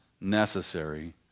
necessary